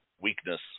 weakness